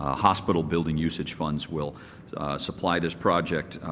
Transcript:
ah hospital building usage funds will supply this project.